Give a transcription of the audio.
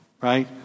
right